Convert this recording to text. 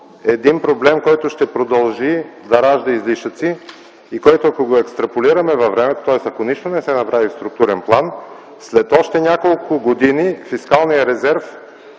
Един проблем, който ще продължи да ражда излишъци и който, ако го екстраполираме във времето, тоест ако нищо не се направи в структурен план, след още няколко години фискалният резерв